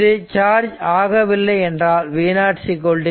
இது சார்ஜ் ஆகவில்லை என்றால் v0 0